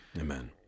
amen